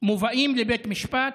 מובאים לבית משפט,